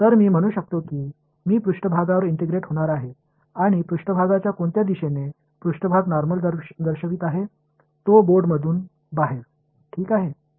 तर मी म्हणू शकतो की मी पृष्ठभागावर इंटिग्रेट होणार आहे आणि पृष्ठभागाच्या कोणत्या दिशेने पृष्ठभाग नॉर्मल दर्शवित आहे तो बोर्डमधून बाहेर ठीक आहे